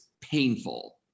painful